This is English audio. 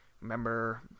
Remember